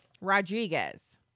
Rodriguez